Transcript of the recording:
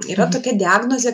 yra tokia diagnozė